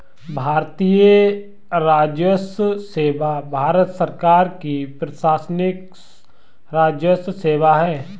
भारतीय राजस्व सेवा भारत सरकार की प्रशासनिक राजस्व सेवा है